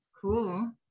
cool